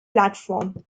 platform